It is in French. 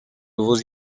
vos